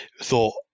thought